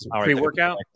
pre-workout